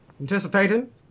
anticipating